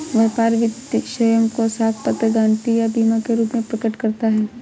व्यापार वित्त स्वयं को साख पत्र, गारंटी या बीमा के रूप में प्रकट करता है